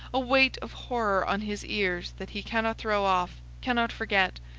a weight of horror on his ears that he cannot throw off, cannot forget,